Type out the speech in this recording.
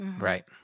Right